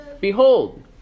Behold